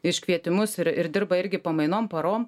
iškvietimus ir ir dirba irgi pamainom parom